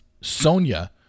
Sonia